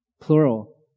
plural